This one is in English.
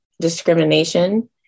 discrimination